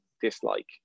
dislike